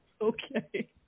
Okay